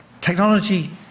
Technology